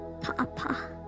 Papa